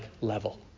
level